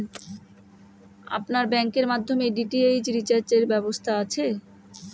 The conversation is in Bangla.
আপনার ব্যাংকের মাধ্যমে ডি.টি.এইচ রিচার্জের ব্যবস্থা আছে?